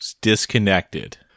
disconnected